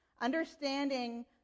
Understanding